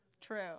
True